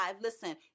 listen